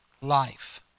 Life